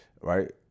right